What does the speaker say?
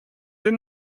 did